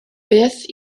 beth